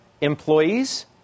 employees